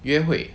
约会